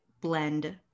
blend